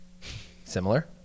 Similar